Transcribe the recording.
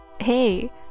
hey